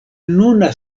nuna